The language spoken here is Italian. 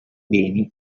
beni